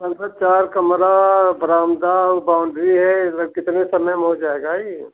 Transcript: lump सम चार कमरा बरामदा बाउंड्री है यह कितने समय में हो जाएगा यह